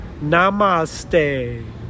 namaste